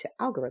algorithms